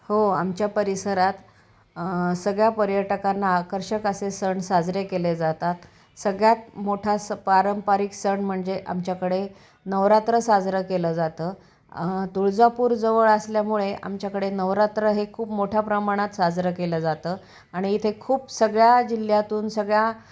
हो आमच्या परिसरात सगळ्या पर्यटकांना आकर्षक असे सण साजरे केले जातात सगळ्यात मोठा स पारंपरिक सण म्हणजे आमच्याकडे नवरात्र साजरं केलं जातं तुळजापूरजवळ असल्यामुळे आमच्याकडे नवरात्र हे खूप मोठ्या प्रमाणात साजरं केलं जातं आणि इथे खूप सगळ्या जिल्ह्यातून सगळ्या